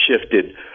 shifted